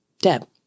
Deb